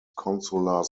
consular